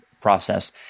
process